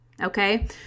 okay